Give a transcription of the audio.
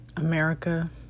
America